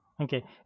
Okay